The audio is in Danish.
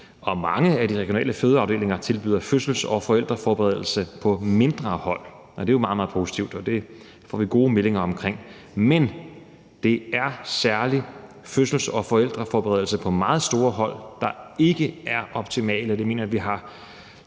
og mange af de regionale fødeafdelinger tilbyder fødsels- og forældreforberedelse på mindre hold. Det er jo meget, meget positivt, og det får vi gode meldinger omkring. Men det er særlig fødsels- og forældreforberedelse på meget store hold, der ikke er optimale. Det mener jeg at vi har